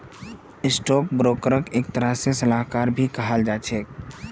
stock ब्रोकरक एक तरह से सलाहकार भी कहाल जा छे